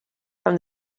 from